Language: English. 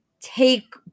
take